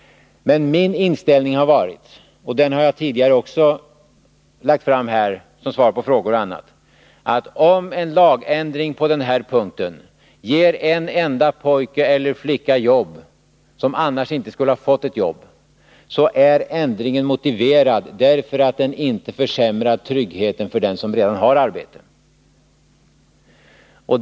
Min inställning har varit — och den har jag tidigare redovisat här som svar på frågor m.m. — att om en lagändring på den här punkten ger en enda pojke eller flicka jobb som annars inte skulle ha fått ett jobb, så är ändringen motiverad, därför att den inte försämrar tryggheten för den som redan har arbete.